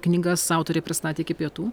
knygas autoriai pristatė iki pietų